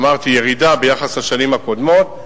אמרתי: ירידה ביחס לשנים הקודמות.